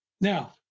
Now